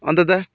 अन्त त